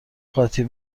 قاطی